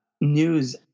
news